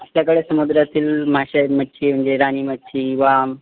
आपल्याकडे समुद्रातील मासे आहे मच्छी आहे म्हणजे राणी मच्छी वाम